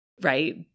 Right